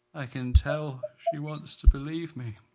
i can tell she wants to believe me.